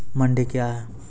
मंडी क्या हैं?